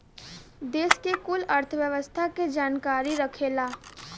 देस के कुल अर्थव्यवस्था के जानकारी रखेला